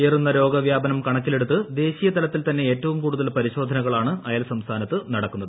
ഏറുന്ന രോഗവ്യാപനം കണക്കിലെടുത്ത് ദേശീയതലത്തിൽ തന്നെ ഏറ്റവും കൂടുതൽ പരിശോധനകളാണ് അയൽസംസ്ഥാനത്ത് നടക്കുന്നത്